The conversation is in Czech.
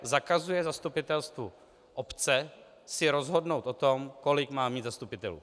Zakazuje zastupitelstvu obce si rozhodnout o tom, kolik má mít zastupitelů.